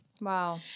Wow